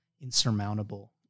insurmountable